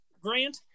Grant